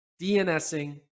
DNSing